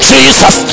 Jesus